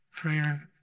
Prayer